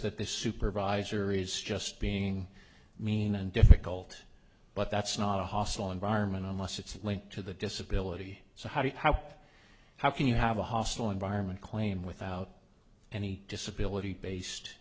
that the supervisor is just being mean and difficult but that's not a hostile environment unless it's linked to the disability so how do you how how can you have a hostile environment claim without any disability based